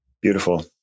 Beautiful